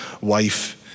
wife